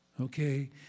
okay